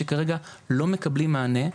שכרגע לא מקבלים מענה.